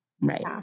Right